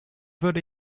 würde